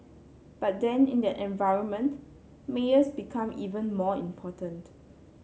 but then in that environment mayors become even more important